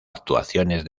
actuaciones